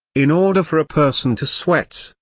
in order for a person to sweat,